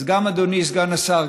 אז אדוני סגן השר,